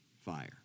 fire